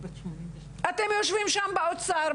אתם יושבים שם באוצר,